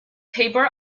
tabor